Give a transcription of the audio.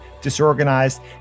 disorganized